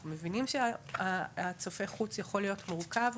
אנחנו מבינים שהצופה חוץ יכול להיות מורכב,